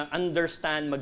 understand